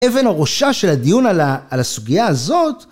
אבן הראשה של הדיון על הסוגיה הזאת.